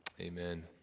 amen